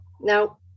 Now